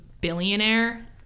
billionaire